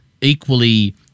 equally